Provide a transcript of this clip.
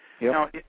Now